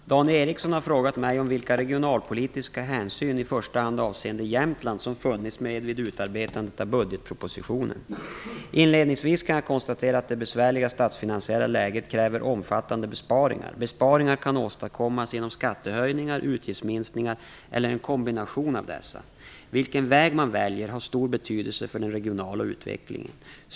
Fru talman! Dan Ericsson har frågat mig om vilka regionalpolitiska hänsyn - i första hand avseende Jämtland - som funnits med vid utarbetandet av budgetpropositionen. Inledningsvis kan jag konstatera att det besvärliga statsfinansiella läget kräver omfattande besparingar. Besparingar kan åstadkommas genom skattehöjningar, utgiftsminskningar eller en kombination av dessa. Vilken väg man väljer har stor betydelse för den regionala utvecklingen.